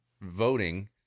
voting